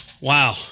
Wow